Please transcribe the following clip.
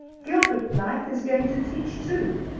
gilbert blythe is going to teach, too.